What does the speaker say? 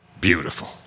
Beautiful